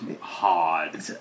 hard